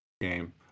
game